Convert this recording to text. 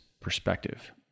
perspective